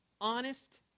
honest